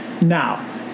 Now